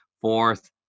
Fourth